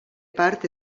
part